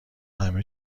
همه